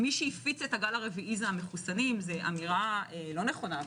שהפיץ את הגל הרביעי זה המחוסנים - זו אמירה לא נכונה.